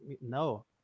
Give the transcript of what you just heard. No